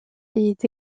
est